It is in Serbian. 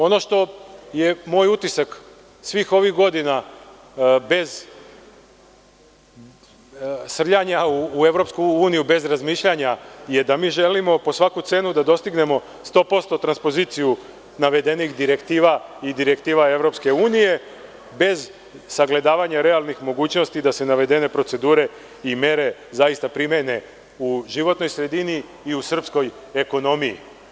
Ono što je moj utisak svih ovih godina, bez srljanja u EU bez razmišljanja, je da mi želimo po svaku cenu da dostignemo 100% transpoziciju navedenih direktiva i direktiva EU, bez sagledavanja realnih mogućnosti da se navedene procedure i mere zaista primene u životnoj sredini i u srpskoj ekonomiji.